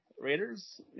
Raiders